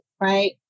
right